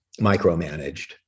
micromanaged